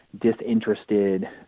disinterested